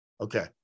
Okay